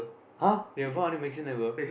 !huh! they will farm until maximum level